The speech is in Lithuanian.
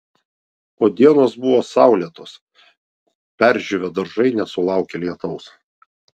o dienos buvo saulėtos perdžiūvę daržai nesulaukė lietaus